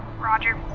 roger.